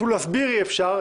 אפילו להסביר אי-אפשר.